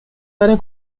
seine